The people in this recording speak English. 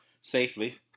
safely